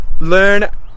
learn